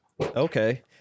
okay